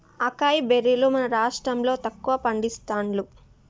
acai బెర్రీలు మన రాష్టం లో తక్కువ పండిస్తాండ్లు